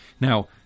Now